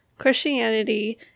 Christianity